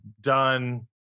done